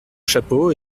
chapeau